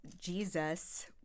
Jesus